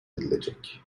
edilecek